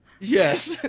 Yes